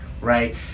right